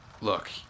look